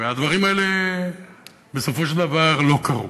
והדברים האלה בסופו של דבר לא קרו.